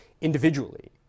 individually